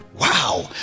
Wow